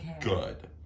good